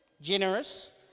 generous